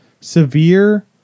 severe